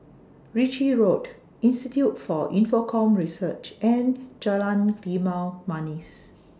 Ritchie Road Institute For Infocomm Research and Jalan Limau Manis